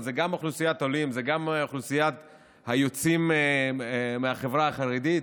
מתכבד להציג את הצעת החוק הזו,